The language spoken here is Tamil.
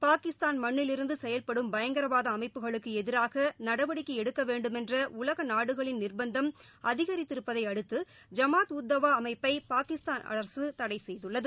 பாகிஸ்தான் மண்ணில் இருந்து செயல்படும் பயங்கரவாத அமைப்புகளுக்கு எதிராக நடவடிக்கை எடுக்க வேண்டுமென்ற உலக நாடுகளின் நிர்பந்தம் அதிகரித்திருப்பதை அடுத்து ஜமாத் உத் தவா அமைப்பை பாகிஸ்தான் அரசு தடை செய்துள்ளது